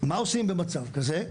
מה עושים במצב כזה?